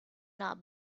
not